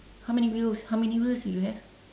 how many wheels how many wheels you have